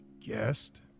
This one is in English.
Guest